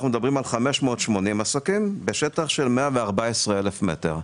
אנחנו מדברים על כ-580 עסקים בשטח של כ-114,000 מטר.